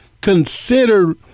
consider